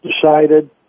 decided